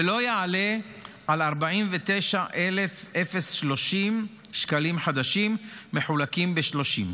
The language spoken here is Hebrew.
ולא יעלה על 49,030 שקלים חדשים מחולקים ב-30.